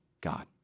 God